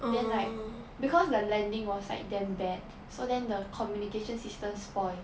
then like because the landing was like damn bad so then the communication system spoil